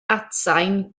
atsain